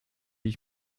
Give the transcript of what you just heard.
ich